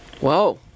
Whoa